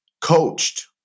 coached